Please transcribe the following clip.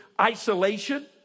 isolation